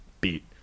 beat